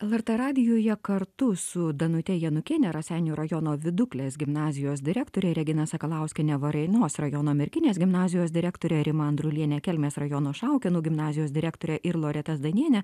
lrt radijuje kartu su danute jonukiene raseinių rajono viduklės gimnazijos direktore regina sakalauskiene varėnos rajono merkinės gimnazijos direktore rima andruliene kelmės rajono šaukėnų gimnazijos direktore loreta zdaniene